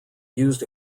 used